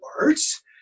words